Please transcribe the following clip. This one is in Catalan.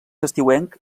estiuenc